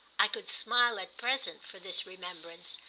i could smile at present for this remembrance,